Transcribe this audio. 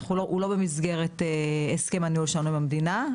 הוא לא במסגרת הסכם הניהול שלנו עם המדינה,